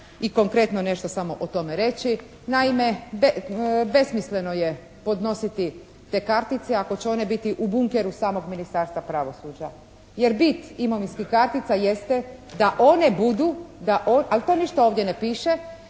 i konkretno nešto samo o tome reći. Naime, besmisleno je podnositi te kartice ako će one biti u bunkeru samog Ministarstva pravosuđa. Jer bit imovinskih kartica jeste da one budu, ali to ništa ovdje piše,